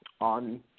on